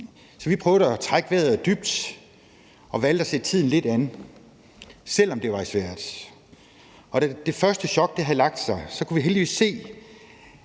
så vi prøvede at trække vejret dybt og valgte at se tiden lidt an, selv om det var svært. Da det første chok havde lagt sig, kunne vi heldigvis se,